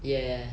ya ya ya